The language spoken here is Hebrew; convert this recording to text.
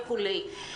וכו'.